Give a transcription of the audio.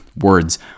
Words